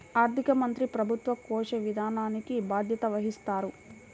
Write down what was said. ఆర్థిక మంత్రి ప్రభుత్వ కోశ విధానానికి బాధ్యత వహిస్తారు